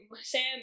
Sam